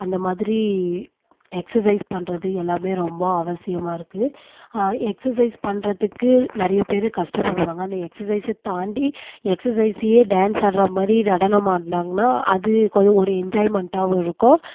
அந்தமாதிரி எக்ஸசைஸ் பண்ணுறது எல்லாமே ரொம்ப அவசியமாக இருக்குது எக்ஸசைஸ் பண்ணுறதுக்கு நிறைய பேர் கஷ்டப்படுவாங்க அந்த எக்ஸசைஸை தாண்டி எக்ஸசைஸையே டான்ஸ் ஆடுறா மாதிரி நடனம் ஆடினாங்கன்னா அது கொஞ்ச ஒரு என்ஜாய்மெண்ட்டாகவும் இருக்கும்